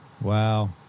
Wow